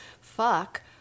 fuck